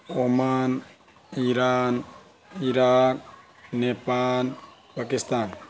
Oman Iran Iraq Nepal Pakistan